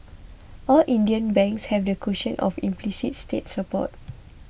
all Indian banks have the cushion of implicit state support